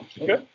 Okay